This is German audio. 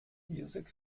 music